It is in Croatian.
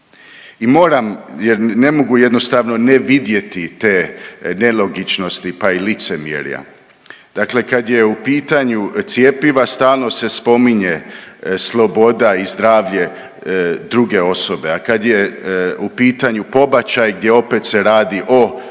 i moram jer ne mogu jednostavno ne vidjeti te nelogičnosti pa i licemjerja. Dakle, kad je u pitanju cjepiva stalno se spominje sloboda i zdravlje druge osobe, a kad je u pitanju pobačaj gdje opet se radi o životu